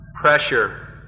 pressure